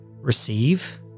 receive